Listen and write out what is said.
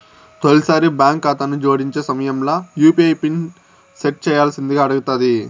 తొలిసారి బాంకు కాతాను జోడించే సమయంల యూ.పీ.ఐ పిన్ సెట్ చేయ్యాల్సిందింగా అడగతాది